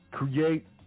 Create